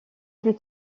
plus